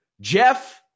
Jeff